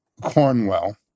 Cornwell